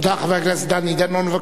חבר הכנסת דני דנון, בבקשה.